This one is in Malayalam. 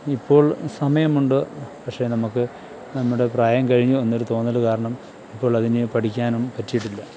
ഇപ്പോൾ സമയമുണ്ട് പക്ഷേ നമുക്ക് നമ്മുടെ പ്രായം കഴിഞ്ഞു എന്നൊരു തോന്നൽ കാരണം ഇപ്പോൾ അതിന് പഠിക്കാനും പറ്റിയിട്ടില്ല